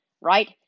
Right